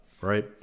right